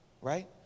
right